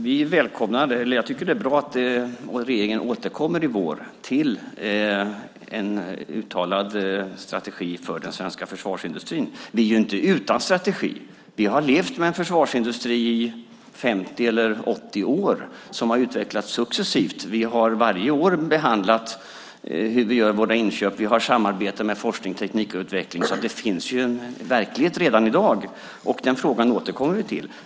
Fru talman! Regeringen återkommer i vår till en uttalad strategi för den svenska försvarsindustrin. Vi är ju inte utan strategi. Vi har levt med en försvarsindustri i 50 eller 80 år, som har utvecklats successivt. Vi har varje år behandlat hur vi gör våra inköp. Vi har samarbete när det gäller forskning och teknikutveckling, så att det finns en verklighet redan i dag, och den frågan återkommer vi till.